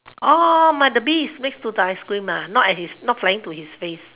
oh the bee is next to the ice cream ah not at his not flying to his face